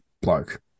bloke